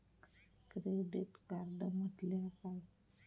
Credit card म्हटल्या काय?